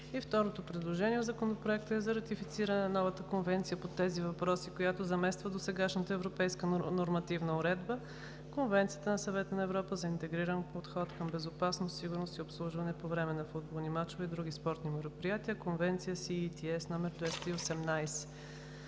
Второто предложение в Законопроекта е за ратифициране на новата конвенция по тези въпроси, която замества досегашната европейска нормативна уредба – Конвенцията на Съвета на Европа за интегриран подход към безопасност, сигурност и обслужване по време на футболни мачове и други спортни мероприятия – Конвенция CETS № 218.